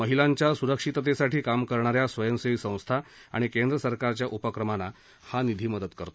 महिलांच्या सुरक्षिततेसाठी काम करणार्या स्वयंसेवी संस्था आणि केंद्र सरकारच्या उपक्रमांना हा निधी मदत करतो